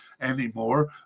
anymore